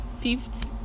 fifth